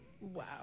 Wow